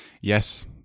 Yes